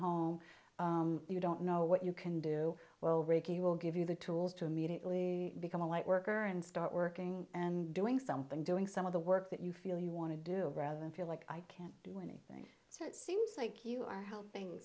home you don't know what you can do well reiki will give you the tools to immediately become a light worker and start working and doing something doing some of the work that you feel you want to do rather than feel like i can't do anything so it seems like you are helping